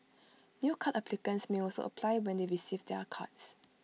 new card applicants may also apply when they receive their cards